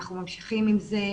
אנחנו ממשיכים עם זה.